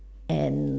and